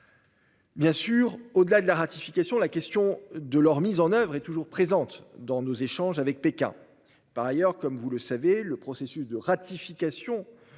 Bien entendu, au-delà de la ratification, la question de la mise en oeuvre de ces conventions est toujours présente dans nos échanges avec Pékin. Par ailleurs, comme vous le savez, le processus de ratification